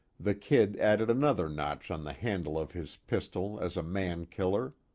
the kid added another notch on the handle of his pistol as a mankiller.